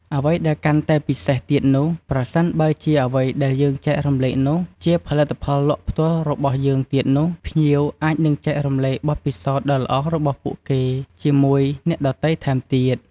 អ្វីដែលកាន់តែពិសេសទៀតនោះ ប្រសិនបើជា អ្វីដែលយើងចែករំលែកនោះ ជាផលិតផលលក់ផ្ទាល់របស់យើងទៀតនោះ ភ្ញៀវអាចនឹងចែករំលែកបទពិសោធន៍ដ៏ល្អរបស់ពួកគេជាមួយអ្នកដទៃថែមទៀត។